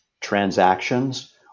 transactions